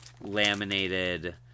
laminated